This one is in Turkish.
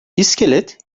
i̇skelet